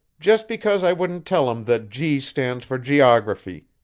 just because i wouldn't tell him that g stands for geography.